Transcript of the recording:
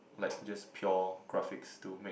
like just pure graphics to make